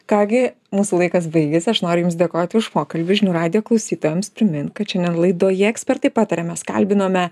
ką gi mūsų laikas baigėsi aš noriu jums dėkoti už pokalbį žinių radijo klausytojams primint kad šiandien laidoje ekspertai pataria mes kalbinome